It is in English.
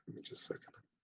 a second.